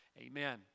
Amen